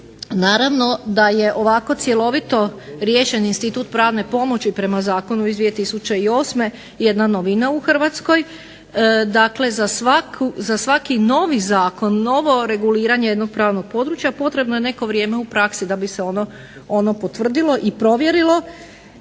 Naravno da je ovako cjelovito riješen institut pravne pomoći prema Zakonu iz 2008. jedna novina u Hrvatskoj. Dakle, za svaki novi zakon, novo reguliranje jednog pravnog područja potrebno je neko vrijeme u praksi da bi se ono potvrdilo i provjerilo.